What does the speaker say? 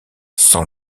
sans